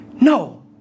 no